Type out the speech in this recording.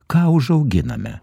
ką užauginame